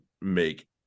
make